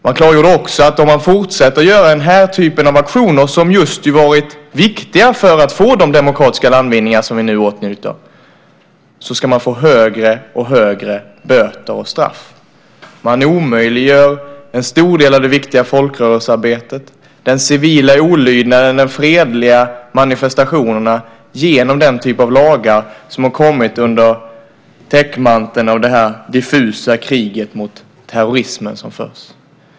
Man klargjorde också att om man fortsätter att genomföra den här typen av aktioner, som ju just varit viktiga för att få de demokratiska landvinningar som vi nu åtnjuter, så ska man få högre och högre böter och straff. Man omöjliggör en stor del av det viktiga folkrörelsearbetet, den civila olydnaden och de fredliga manifestationerna genom den typ av lagar som har kommit under täckmanteln av det diffusa krig mot terrorismen som förs.